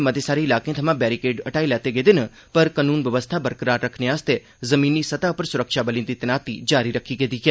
घाटी दे मते सारे इलाकें थमां बैरीकेड हटाई लैते गेदे न पर कनून व्यवस्था बरकरार रखने लेई जमीनी सतह पर सुरक्षाबलें दी तैनाती जारी रक्खी गेदी ऐ